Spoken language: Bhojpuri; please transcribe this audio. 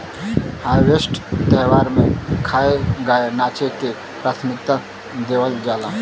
हार्वेस्ट त्यौहार में खाए, गाए नाचे के प्राथमिकता देवल जाला